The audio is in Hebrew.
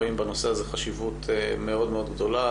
רואים בנושא הזה חשיבות מאוד מאוד גדולה.